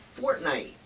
Fortnite